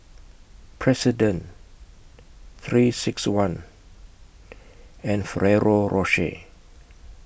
President three six one and Ferrero Rocher